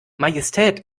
majestät